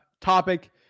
topic